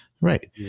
Right